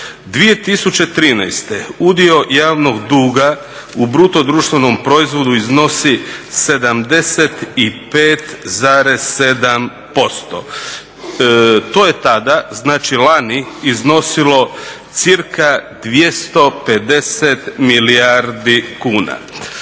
2013. udio javnog duga u BDP-u iznosi 75,7%. To je tada, znači lani iznosilo cca 250 milijardi kuna.